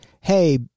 hey